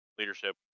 leadership